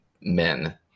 men